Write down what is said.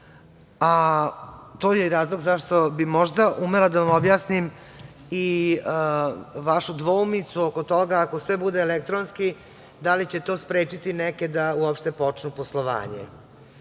a to je i razlog zašto bi možda umela da vam objasnim i vašu dvoumicu oko toga, ako sve bude elektronski da li će to sprečiti neke da uopšte počnu poslovanje.U